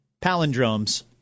palindromes